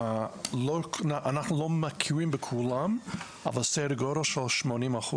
אנחנו לא מכירים בכולם אבל סדר גודל של 80%,